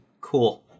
cool